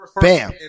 Bam